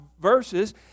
verses